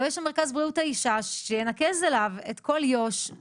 שלא יהיה שם מרכז לבריאות האישה שינקז אליו את כל יושב ראש,